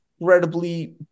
incredibly